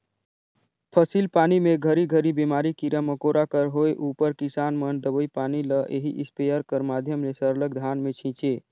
फसिल पानी मे घरी घरी बेमारी, कीरा मकोरा कर होए उपर किसान मन दवई पानी ल एही इस्पेयर कर माध्यम ले सरलग धान मे छीचे